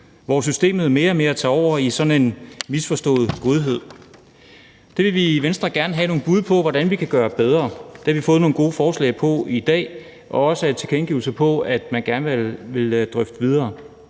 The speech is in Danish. hvor systemet tager mere og mere over i misforstået godhed. Det vil vi i Venstre gerne have nogle bud på hvordan vi kan gøre bedre. Det har vi i dag fået nogle gode forslag til, og vi har også fået tilkendegivelser om, at man gerne vil drøfte det